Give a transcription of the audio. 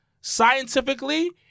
scientifically